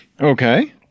okay